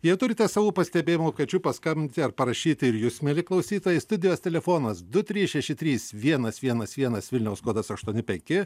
jei turite savų pastebėjimų kviečiu paskambinti ar parašyti ir jus mieli klausytojai studijos telefonas du trys šeši trys vienas vienas vienas vilniaus kodas aštuoni penki